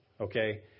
Okay